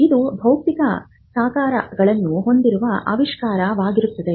ಇದು ಭೌತಿಕ ಸಾಕಾರಗಳನ್ನು ಹೊಂದಿರುವ ಆವಿಷ್ಕಾರವಾಗಿರುತ್ತದೆ